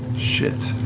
shit.